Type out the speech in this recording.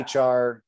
HR